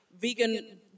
vegan